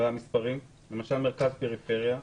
למשל מרכז ופריפריה?